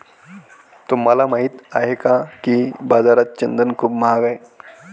तुम्हाला माहित आहे का की बाजारात चंदन खूप महाग आहे?